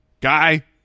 guy